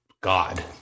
God